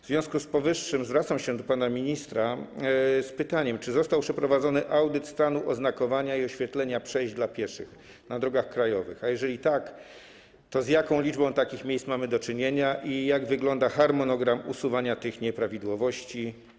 W związku z powyższym zwracam się do pana ministra z pytaniem: Czy został przeprowadzony audyt stanu oznakowania i oświetlenia przejść dla pieszych na drogach krajowych, a jeżeli tak, to z jaką liczbą takich miejsc mamy do czynienia i jak wygląda harmonogram usuwania tych nieprawidłowości?